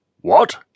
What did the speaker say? What